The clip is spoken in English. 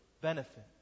benefit